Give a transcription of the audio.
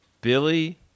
Billy